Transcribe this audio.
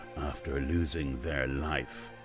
after losing their life.